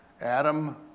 Adam